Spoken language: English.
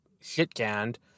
shit-canned